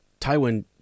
Tywin